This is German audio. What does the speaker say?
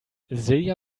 silja